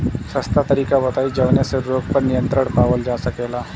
सस्ता तरीका बताई जवने से रोग पर नियंत्रण पावल जा सकेला?